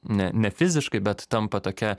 ne ne fiziškai bet tampa tokia